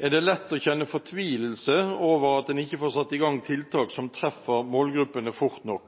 er det lett å kjenne fortvilelse over at en ikke får satt i gang tiltak som treffer målgruppene fort nok.